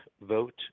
vote